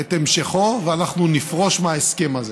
את המשכו ואנחנו נפרוש מההסכם הזה.